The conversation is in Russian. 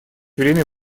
время